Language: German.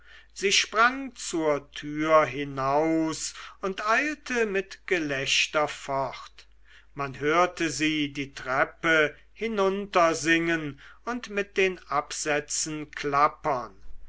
sie sprang zur tür hinaus und eilte mit gelächter fort man hörte sie die treppe hinunter singen und mit den absätzen klappern